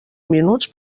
minuts